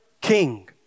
king